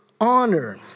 honor